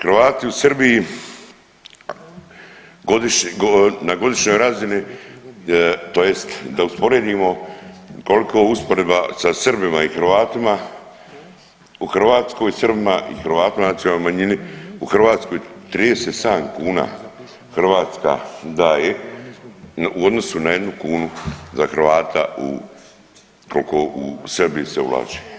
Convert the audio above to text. Hrvati u Srbiji godišnje, na godišnjoj razini tj. da usporedimo koliko je usporedba sa Srbima i Hrvatima u Hrvatskoj i Srbima i Hrvatima i nacionalnoj manjini u Hrvatskoj, 37 kuna Hrvatska daje u odnosu na jednu kunu za Hrvata u, koliko u Srbiji se ulaže.